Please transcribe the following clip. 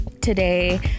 today